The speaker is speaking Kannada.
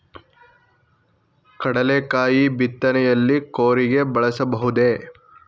ಕಡ್ಲೆಕಾಯಿ ಬಿತ್ತನೆಯಲ್ಲಿ ಕೂರಿಗೆ ಬಳಸಬಹುದೇ?